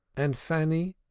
and fanny,